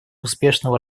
успешного